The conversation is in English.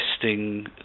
testing